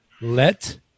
let